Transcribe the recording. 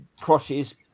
crosses